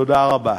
תודה רבה.